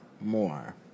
more